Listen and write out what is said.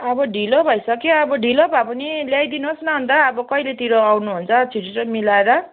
अब ढिलो भइसक्यो ढिलो भए पनि ल्याइदिनुहोस् न अन्त अब कहिलेतिर आउनुहुन्छ छिटो छिटो मिलाएर